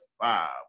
five